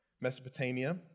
Mesopotamia